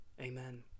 amen